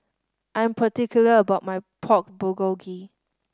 I'm particular about my Pork Bulgogi